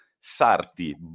Sarti